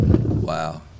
Wow